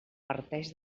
parteix